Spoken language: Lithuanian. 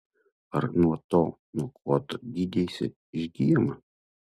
ar nuo to nuo ko tu gydeisi išgyjama